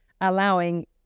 allowing